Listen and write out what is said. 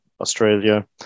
Australia